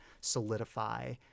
solidify